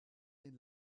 den